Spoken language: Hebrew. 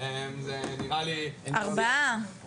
זה נראה לי --- חמישה.